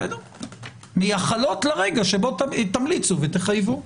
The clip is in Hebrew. מייחלות לרגע שבו תמיד תמליצו ותחייבו.